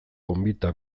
gonbita